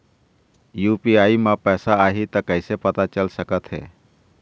UPI म पैसा आही त कइसे पता चल सकत हे?